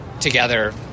together